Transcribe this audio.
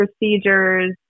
procedures